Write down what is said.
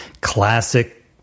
classic